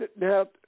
Now